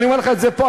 אני אומר לך את זה פה,